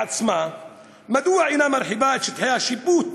עצמה מדוע היא אינה מרחיבה את שטחי השיפוט